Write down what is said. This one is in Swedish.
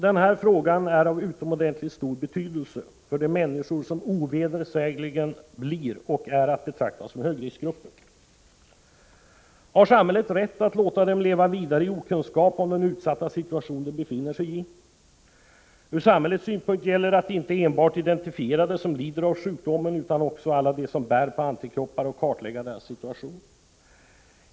Denna fråga är av utomordentligt stor betydelse för de människor som ovedersägligen blir och är att betrakta som högriskgrupper. Har samhället rätt att låta dem leva vidare i okunskap om den utsatta situation de befinner sig i? Från samhällets synpunkt gäller det att inte enbart identifiera dem som lider av sjukdomen utan också alla dem som bär på antikroppar och att kartlägga deras situation.